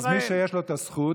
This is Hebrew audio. אז מי שיש לו את הזכות,